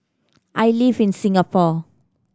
I live in Singapore